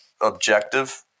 objective